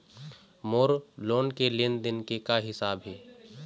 मोर loan के लेन देन के का हिसाब हे?